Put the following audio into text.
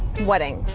wedding.